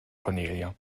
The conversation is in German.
cornelia